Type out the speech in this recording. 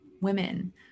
women